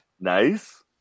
Nice